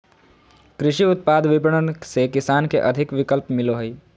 कृषि उत्पाद विपणन से किसान के अधिक विकल्प मिलो हइ